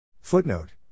Footnote